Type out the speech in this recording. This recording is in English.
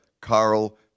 Carl